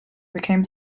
became